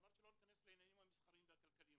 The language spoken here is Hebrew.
אמרת שלא ניכנס לעניינים המסחריים והכלכליים,